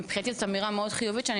מבחינתי זאת אמירה מאוד חיובית שאני